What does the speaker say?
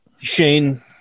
Shane